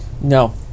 No